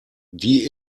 die